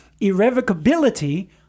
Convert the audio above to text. Irrevocability